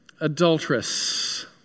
adulteress